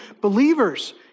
believers